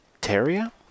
terrier